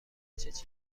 چیزی